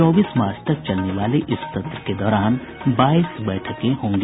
चौबीस मार्च तक चलने वाले इस सत्र के दौरान बाईस बैठके होंगी